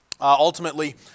ultimately